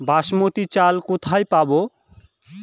বাসমতী চাল কোথায় পাবো?